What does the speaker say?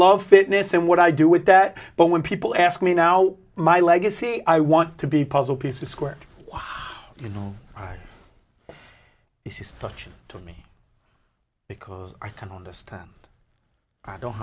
love fitness and what i do with that but when people ask me now my legacy i want to be puzzle pieces squared you know he's such to me because i can understand i don't